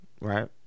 Right